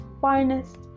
finest